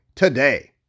today